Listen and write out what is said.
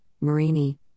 Marini